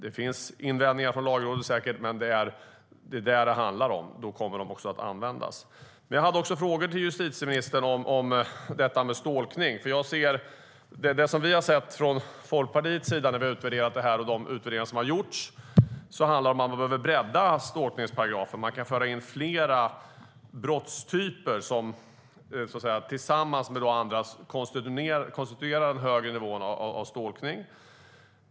Det finns säkert invändningar från Lagrådet, men detta är vad det handlar om, och då kommer det också att användas. Jag hade också frågor till justitieministern om stalkning. Det vi i Folkpartiet har sett i de utvärderingar som har gjorts är att man behöver bredda stalkningsparagrafen. Man kan föra in flera brottstyper som tillsammans med andra konstituerar en högre nivå av stalkning.